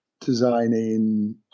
designing